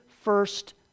first